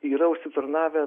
yra užsitarnavę